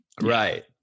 right